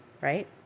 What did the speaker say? right